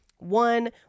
One